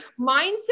mindset